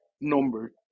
number